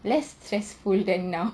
less stressful than now